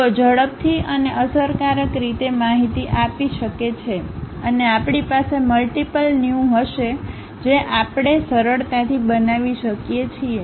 તેઓ ઝડપથી અને અસરકારક રીતે માહિતી આપી શકે છે અને આપણી પાસે મલ્ટીપલ ન્યુ હશે જે આપણે સરળતાથી બનાવી શકીએ છીએ